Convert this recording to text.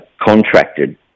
contracted